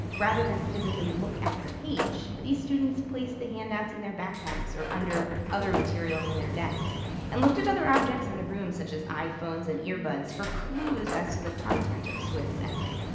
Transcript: rather than physically look at the page, these students place the handouts in their backpacks or under other materials on their desks and looked at other objects in the room such as iphones and ear buds for clues as to the content of swift's essay.